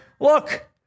look